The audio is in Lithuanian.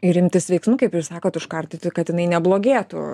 ir imtis veiksmų kaip jūs sakot užkardyti kad jinai neblogėtų